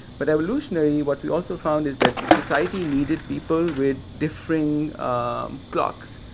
but evolutionarily, what we also found is that society needed people with differing um clocks.